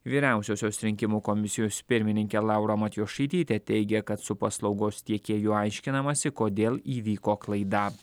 vyriausiosios rinkimų komisijos pirmininkė laura matjošaitytė teigė kad su paslaugos tiekėju aiškinamasi kodėl įvyko klaida